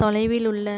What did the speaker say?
தொலைவில் உள்ள